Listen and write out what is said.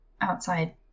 outside